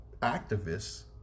activists